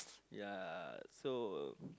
ya so